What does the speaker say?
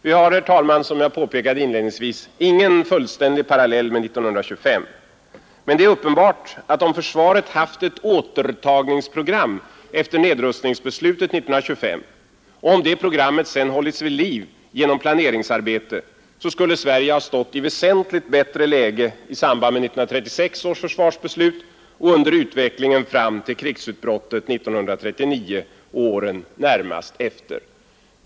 Vi har — som jag inledningsvis påpekade — ingen fullständig parallell med 1925, men det är uppenbart att om försvaret haft ett återtagningsprogram efter nedrustningsbeslutet 1925 och om detta program sedan hållits vid liv genom planeringsarbete, så skulle Sverige ha stått i väsentligt bättre läge i samband med 1936 års försvarsbeslut och under utvecklingen fram till krigsutbrottet 1939 och åren närmast efter.